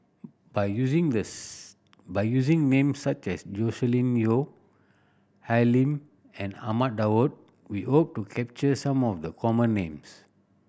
by using these by using names such as Joscelin Yeo Al Lim and Ahmad Daud we hope to capture some of the common names